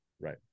Right